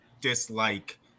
dislike